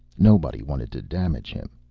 nobody wanted to damage him.